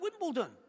Wimbledon